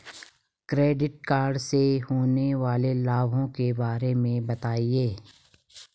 Credit card से होने वाले लाभों के बारे में बताएं?